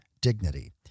dignity